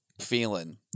feeling